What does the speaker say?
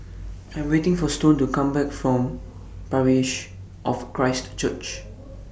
I Am waiting For Stone to Come Back from Parish of Christ Church